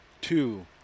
two